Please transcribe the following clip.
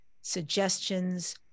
suggestions